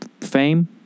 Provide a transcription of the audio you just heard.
fame